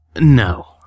No